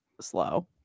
slow